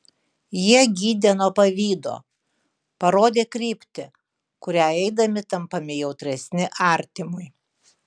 jie gydė nuo pavydo parodė kryptį kuria eidami tampame jautresni artimui